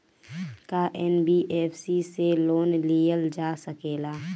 का एन.बी.एफ.सी से लोन लियल जा सकेला?